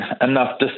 enough